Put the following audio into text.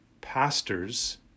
pastors